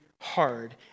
hard